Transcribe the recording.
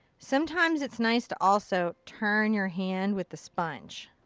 sometimes it's nice to also turn your hand with the sponge.